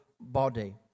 body